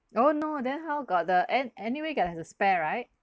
oh no then how got the and anyway got the spare right